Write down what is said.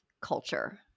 culture